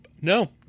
No